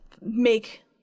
make